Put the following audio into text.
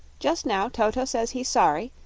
just now toto says he's sorry,